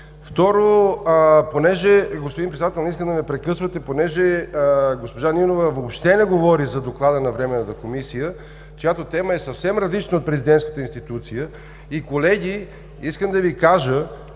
Второ, господин Председател, не искам да ме прекъсвате. Понеже госпожа Нинова въобще не говори за Доклада на Временната комисия, чиято тема е съвсем различна от президентската институция и, колеги, искам да Ви кажа,